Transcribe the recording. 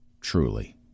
truly